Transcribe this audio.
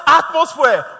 atmosphere